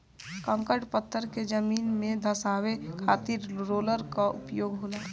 कंकड़ पत्थर के जमीन में धंसावे खातिर रोलर कअ उपयोग होला